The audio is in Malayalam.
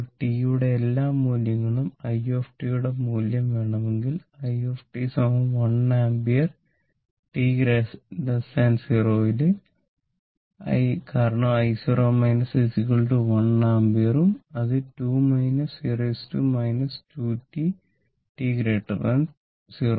ഇപ്പോൾ t ന്റെ എല്ലാ മൂല്യത്തിനും i യുടെ മൂല്യം വേണമെങ്കിൽ i 1 ampere t 0 കാരണം i0 1 ampere ഉം അത് t0